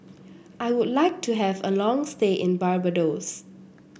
I would like to have a long stay in Barbados